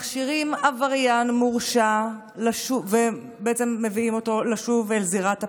מכשירים עבריין מורשע ובעצם מביאים אותו לשוב לזירת הפשע.